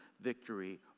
victory